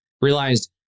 realized